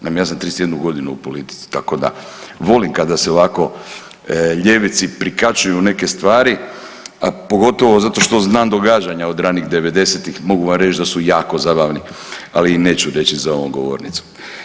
Naime, ja sam 31 godinu u politici tako da volim kada se ovako ljevici prikačuju neke stvari pogotovo što znam događanja od ranih '90.-tih, mogu vam reći da su jako zabavni, ali ih neću reći za ovom govornicom.